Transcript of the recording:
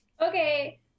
Okay